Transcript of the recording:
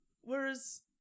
Whereas